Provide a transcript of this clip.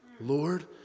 Lord